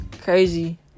crazy